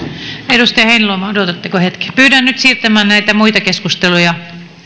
edustaja heinäluoma odotatteko hetken pyydän nyt siirtämään näitä muita keskusteluja